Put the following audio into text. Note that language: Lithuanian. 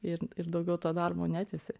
ir ir daugiau to darbo netęsi